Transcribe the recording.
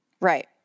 Right